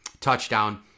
touchdown